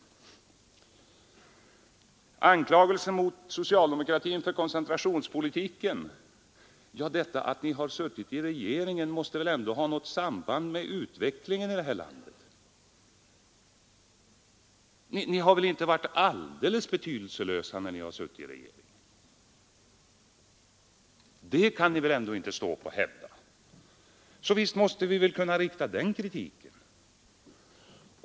Så är det anklagelsen mot socialdemokratin för koncentrationspolitiken. Detta att ni har suttit vid regeringsmakten i 40 år måste vä ändå på något sätt ha påverkat utvecklingen i det här landet. Ert regeringsinnehav har väl inte varit alldeles betydelselöst i det sammanhanget. Det kan ni väl ändå inte stå upp och hävda. Visst måste vi kunna framföra den här kritiken.